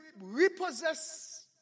repossess